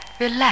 relax